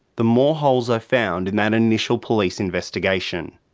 the more holes i've found in that initial police investigation.